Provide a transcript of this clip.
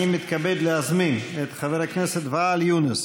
אני מתכבד להזמין את חבר הכנסת ואאל יונס